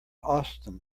austen